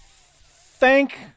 thank